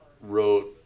wrote